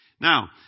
Now